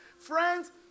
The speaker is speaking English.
Friends